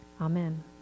amen